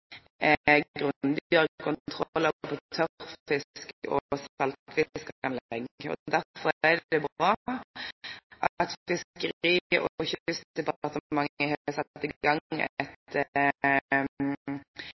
på tørrfisk- og saltfiskanlegg. Derfor er det bra at Fiskeri- og kystdepartementet har satt i gang et